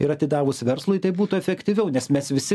ir atidavus verslui tai būtų efektyviau nes mes visi